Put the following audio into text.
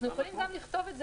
אנחנו יכולים לכתוב גם את זה.